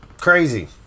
Crazy